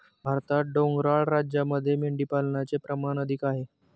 भारतात डोंगराळ राज्यांमध्ये मेंढीपालनाचे प्रमाण अधिक आहे